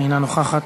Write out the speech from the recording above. אינה נוכחת,